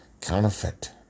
counterfeit